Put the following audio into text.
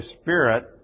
Spirit